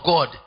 God